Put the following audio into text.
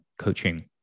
coaching